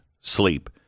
sleep